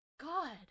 God